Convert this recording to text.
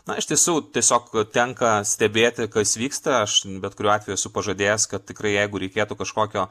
na iš tiesų tiesiog tenka stebėti kas vyksta aš bet kuriuo atveju esu pažadėjęs kad tikrai jeigu reikėtų kažkokio